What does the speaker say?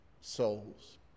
souls